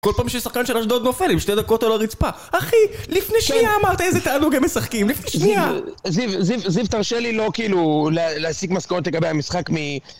כל פעם ששחקן של אשדוד נופל, עם שתי דקות על הרצפה. אחי, לפני שנייה אמרת איזה תענוג הם משחקים, לפני שנייה! זיו, זיו, זיו, זיו תרשה לי לא כאילו להסיק מסקנות לגבי המשחק מ...